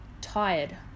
tired